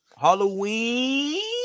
Halloween